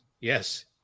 yes